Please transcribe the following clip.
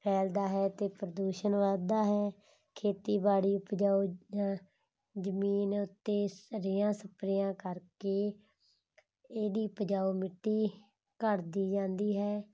ਫੈਲਦਾ ਹੈ ਅਤੇ ਪ੍ਰਦੂਸ਼ਣ ਵੱਧਦਾ ਹੈ ਖੇਤੀਬਾੜੀ ਉਪਜਾਊ ਜ਼ਮੀਨ ਉੱਤੇ ਰੇਹਾਂ ਸਪਰੇਆਂ ਕਰਕੇ ਇਹਦੀ ਉਪਜਾਊ ਮਿੱਟੀ ਘੱਟਦੀ ਜਾਂਦੀ ਹੈ